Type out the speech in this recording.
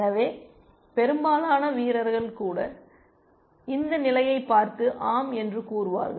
எனவே பெரும்பாலான வீரர்கள் கூட இந்த நிலையைப் பார்த்து ஆம் என்று கூறுவார்கள்